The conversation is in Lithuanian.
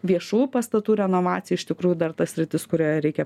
viešų pastatų renovacija iš tikrųjų dar ta sritis kurioje reikia